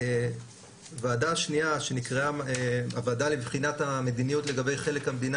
הוועדה השנייה שנקראה הוועדה לבחינת המדיניות לגבי חלק המדינה